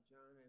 John